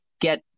get